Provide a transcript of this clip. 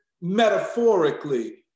metaphorically